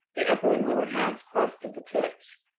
the upper and lower halves crossed at the tips.